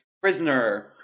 Prisoner